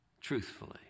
truthfully